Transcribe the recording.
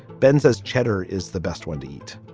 ben says cheddar is the best one to eat.